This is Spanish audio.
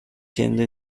siendo